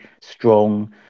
strong